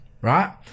right